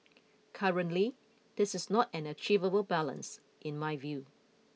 currently this is not an achievable balance in my view